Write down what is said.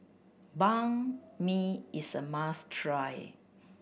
Banh Mi is a must try